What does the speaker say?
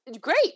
great